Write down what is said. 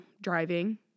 driving